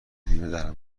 بیمه